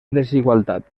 desigualtat